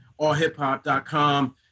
allhiphop.com